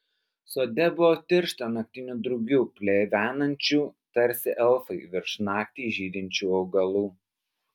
sode buvo tiršta naktinių drugių plevenančių tarsi elfai virš naktį žydinčių augalų